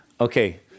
Okay